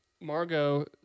Margot